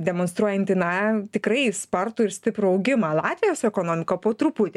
demonstruojanti na tikrai spartų ir stiprų augimą latvijos ekonomika po truputį